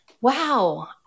Wow